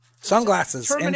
sunglasses